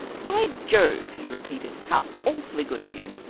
by jove! he repeated, how awfully good of you!